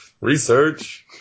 Research